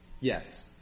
Yes